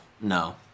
No